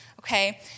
okay